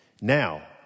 Now